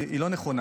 היא לא נכונה,